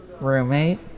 Roommate